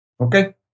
Okay